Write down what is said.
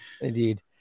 Indeed